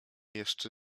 jeszcze